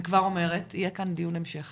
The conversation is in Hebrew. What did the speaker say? אני כבר אומרת, יהיה כאן דיון המשך